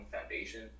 foundation